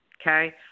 Okay